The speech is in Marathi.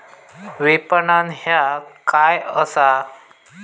विपणन ह्या काय असा?